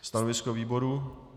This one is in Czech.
Stanovisko výboru?